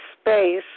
space